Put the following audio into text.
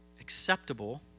acceptable